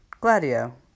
Gladio